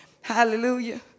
Hallelujah